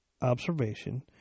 observation